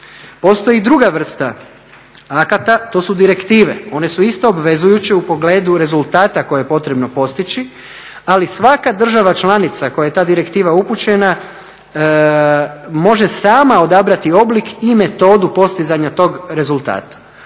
Postoji druga vrsta akata to su direktive, one su isto obvezujuće u pogledu rezultata koje je potrebno postići ali svaka država članica kojoj je ta direktiva upućena može sama odabrati oblik i metodu postizanja tog rezultata.